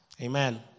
Amen